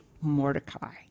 Mordecai